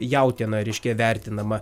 jautiena reiškia vertinama